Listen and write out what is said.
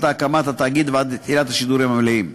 הקמת התאגיד ועד לתחילת השידורים המלאים.